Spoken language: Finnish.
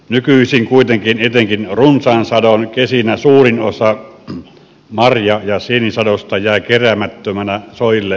nykyisin kuitenkin etenkin runsaan sadon kesinä suurin osa marja ja sienisadosta jää keräämättömänä soille ja metsiin